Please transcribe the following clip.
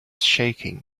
shaking